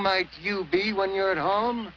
might you be when you're at home